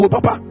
Papa